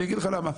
אני אגיד לך למה.